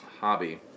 Hobby